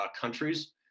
countries